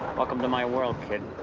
welcome to my world, kid.